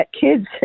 kids